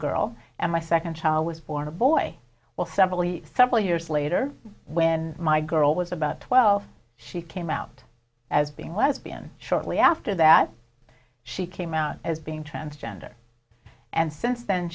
girl and my second child was born a boy well several several years later when my girl was about twelve she came out as being lesbian shortly after that she came out as being transgender and since then